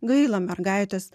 gaila mergaitės